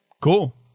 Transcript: Cool